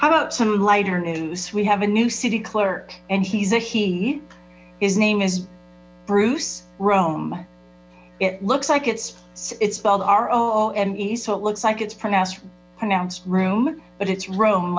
how about some lighter news we have a new city clerk and he's a he his name is bruce rome it looks like it's spelled r o and e so it looks like it's pronounced pronounced room but it's ro